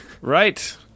right